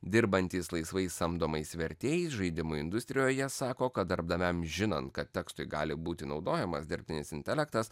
dirbantys laisvai samdomais vertėjais žaidimų industrijoje sako kad darbdaviam žinant kad tekstui gali būti naudojamas dirbtinis intelektas